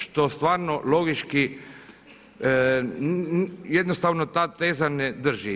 Što stvarno logički jednostavno ta teza ne drži.